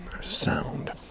sound